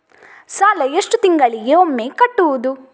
ಸಾಲ ಎಷ್ಟು ತಿಂಗಳಿಗೆ ಒಮ್ಮೆ ಕಟ್ಟುವುದು?